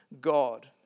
God